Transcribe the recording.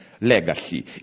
legacy